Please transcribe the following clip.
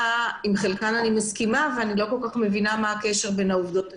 עם חלקן אני מסכימה אבל אני לא מבינה מה הקשר בין העובדות השונות.